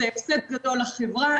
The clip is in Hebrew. זה הפסד גדול לחברה,